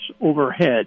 overhead